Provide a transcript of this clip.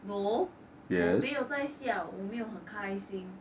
no 我没有在笑我没有很开心